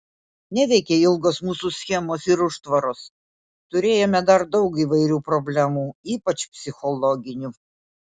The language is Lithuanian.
neveikė ilgos mūsų schemos ir užtvaros turėjome dar daug įvairių problemų ypač psichologinių